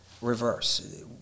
reverse